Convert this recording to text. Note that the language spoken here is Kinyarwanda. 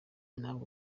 ntabwo